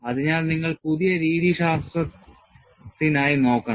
അതിനാൽ നിങ്ങൾ പുതിയ രീതിശാസ്ത്രത്തിനായി നോക്കണം